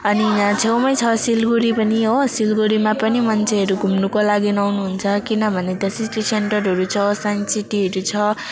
अनि यहाँ छेउमै छ सिलगढी पनि हो सिलगढीमा पनि मान्छेहरू घुम्नुको लागि आउनु हुन्छ किनभने त्यहाँ सिटी सेन्टरहरू छ साइन्स सिटीहरू छ